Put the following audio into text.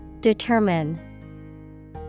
Determine